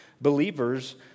believers